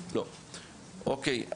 אוקיי.